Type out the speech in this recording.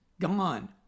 gone